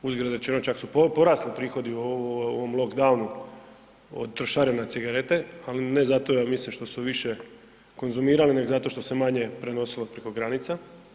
Uzgred rečeno čak su porasli prihodi u ovom lock down od trošarina na cigarete ali ne zato ja mislim što se više konzumiralo nego zato što se manje prenosilo preko granica.